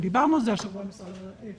ודיברנו על זה השבוע איתם,